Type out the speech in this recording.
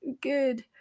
good